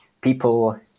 people